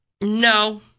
No